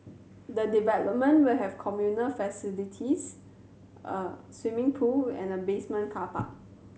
the development will have communal facilities a swimming pool and a basement car park